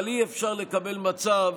אבל אי-אפשר לקבל מצב